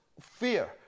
fear